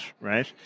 right